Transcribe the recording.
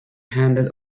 handed